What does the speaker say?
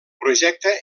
projecte